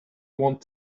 want